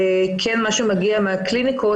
וכן מה שמגיע מהקליניקות,